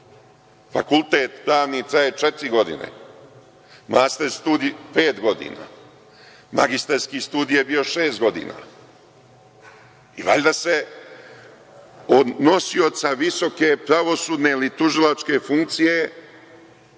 fakultet traje četiri godine. Master studij pet godina, magistarski studij je bio šest godina i valjda se od nosioca visoke pravosudne ili tužilačke funkcije